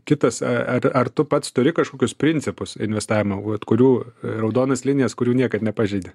kitas ar ar tu pats turi kažkokius principus investavimo vat kurių raudonas linijas kurių niekad nepažeidi